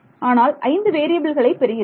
ஆனால் 5 வேறியபில்களை பெறுகிறேன்